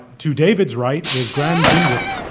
to david's right is graeme dinwoodie.